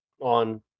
on